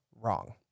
wrong